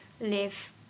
live